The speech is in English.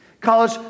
College